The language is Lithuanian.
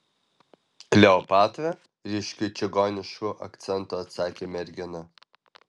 kleopatra ryškiu čigonišku akcentu atsakė mergina